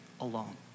alone